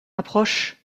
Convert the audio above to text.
approche